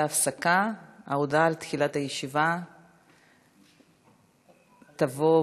ממשיכים היום בדיוני תקציב.